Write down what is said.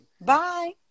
bye